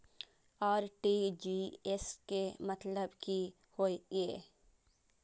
RTGS के मतलब की होय ये?